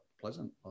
pleasant